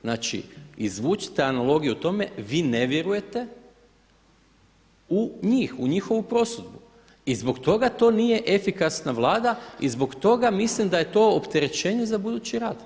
Znači, izvucite analogiju tome, vi ne vjerujete u njih, u njihovu prosudbu i zbog toga to nije efikasna Vlada i zbog toga mislim da je to opterećenje za budući rad.